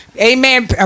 Amen